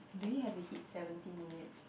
do we have to like hit seventeen minutes